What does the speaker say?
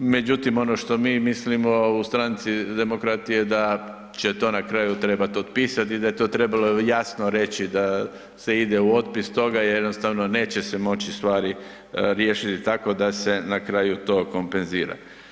Međutim, ono što mi mislimo u stranci Demokrati je da će to na kraju trebat otpisat i da je to trebalo jasno reći da se ide u otpis toga i jednostavno neće se moći stvari riješiti tako da se na kraju to kompenzira.